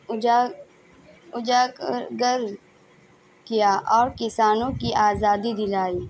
اجا اجاگر کیا اور کسانوں کی آزادی دلائی